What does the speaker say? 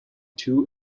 two